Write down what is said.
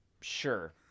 Sure